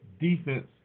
defense